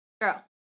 Girl